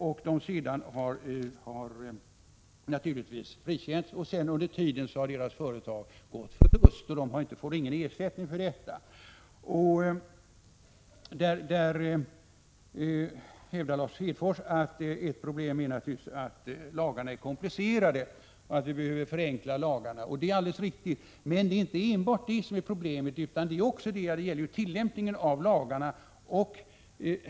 Vederbörande har sedan frikänts men under tiden har deras företag gått med förlust och de får ingen ersättning för detta. Där hävdar Lars Hedfors att ett problem är att lagarna är komplicerade och behöver förenklas. Det är alldeles riktigt, men det är inte enbart det som är problemet utan problemet gäller också tillämpningen av lagarna.